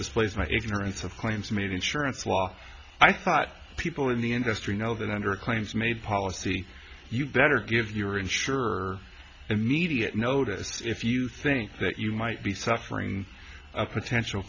displays my ignorance of claims made insurance law i thought people in the industry know that under a claims made policy you better give your insurer immediate notice if you think that you might be suffering a potential